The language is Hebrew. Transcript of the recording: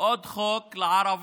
עוד חוק לערבים.